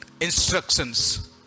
instructions